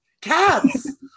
Cats